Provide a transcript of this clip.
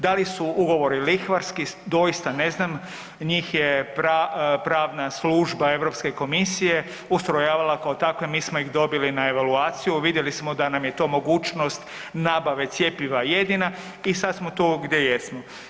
Da li su ugovori lihvarski, doista ne znam, njih je pravna služba EU komisije ustrojavala kao takve, mi smo ih dobili na evaluaciju, vidjeli smo da nam je to mogućnost nabave cjepiva jedina i sad smo tu gdje jesmo.